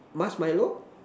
marshmallow